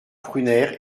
prunaire